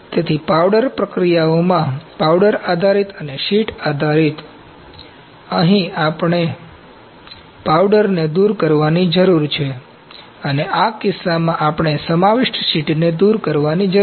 તેથી પાવડર પ્રક્રિયાઓમાં પાવડર આધારિત અને શીટ આધારિત અહીં આપણે પાવડરને દૂર કરવાની જરૂર છે અને આ કિસ્સામાં આપણે સમાવિષ્ટ શીટને દૂર કરવાની જરૂર છે